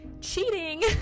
cheating